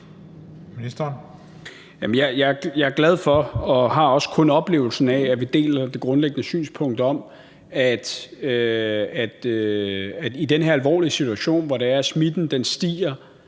Jeg er glad for og har også kun oplevelsen af, at vi deler det grundlæggende synspunkt om, at der i den her alvorlige situation, hvor smitten stiger,